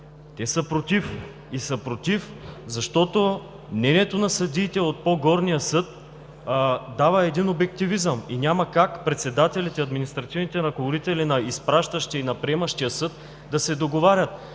Те са против, и са против, защото мнението на съдиите от по горния съд дава един обективизъм и няма как председателите, административните ръководители на изпращащия и приемащия съд да се договарят,